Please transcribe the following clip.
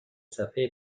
صفحه